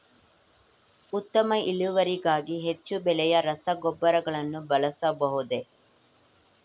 ಉತ್ತಮ ಇಳುವರಿಗಾಗಿ ಹೆಚ್ಚು ಬೆಲೆಯ ರಸಗೊಬ್ಬರಗಳನ್ನು ಬಳಸಬಹುದೇ?